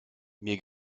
mir